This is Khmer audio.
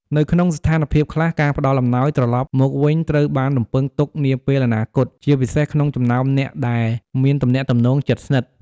នៅក្នុងស្ថានភាពខ្លះ ការផ្ដល់អំណោយត្រឡប់មកវិញត្រូវបានរំពឹងទុកនាពេលអនាគត ជាពិសេសក្នុងចំណោមអ្នកដែលមានទំនាក់ទំនងជិតស្និទ្ធ។